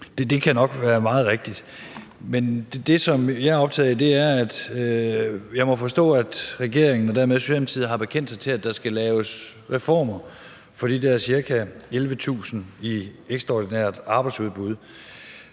Det kan nok være meget rigtigt. Men det, som jeg er optaget af, er, at jeg må forstå, at regeringen og dermed Socialdemokratiet har bekendt sig til, at der skal laves reformer for de der ca. 11.000 i ekstraordinært arbejdsudbud.